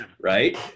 Right